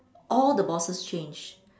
all the bosses changed